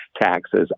taxes